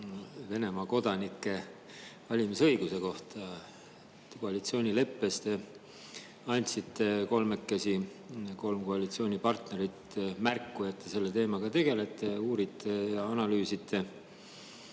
Venemaa kodanike valimisõiguse kohta. Koalitsioonileppes andsite te kolmekesi, kolm koalitsioonipartnerit, märku, et te selle teemaga tegelete, uurite ja analüüsite.